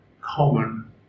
common